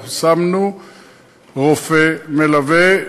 אנחנו שמנו רופא מלווה.